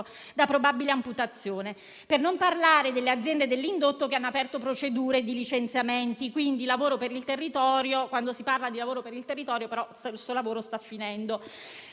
da probabile amputazione. Per non parlare delle aziende dell'indotto che hanno aperto procedure di licenziamenti: quindi, si parla di lavoro per il territorio, però questo lavoro sta finendo.